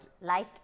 life